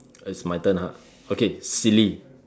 it's my turn !huh! okay silly